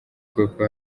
kuko